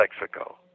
Mexico